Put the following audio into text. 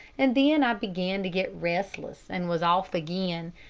and then i began to get restless and was off again.